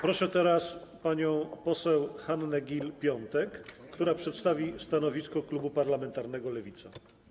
Proszę teraz panią poseł Hannę Gill-Piątek, która przedstawi stanowisko klubu parlamentarnego Lewica.